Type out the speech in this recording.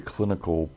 Clinical